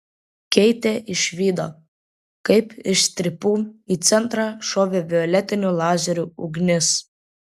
keitė išvydo kaip iš strypų į centrą šovė violetinių lazerių ugnis